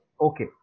Okay